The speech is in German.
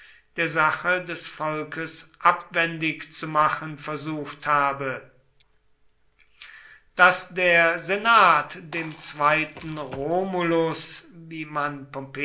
der sache des volkes abwendig zu machen versucht habe daß der senat dem zweiten romulus wie man